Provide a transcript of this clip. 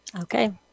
Okay